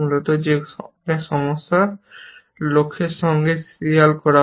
যে অনেক সমস্যা লক্ষ্য সঙ্গে সিরিয়াল করা হয় না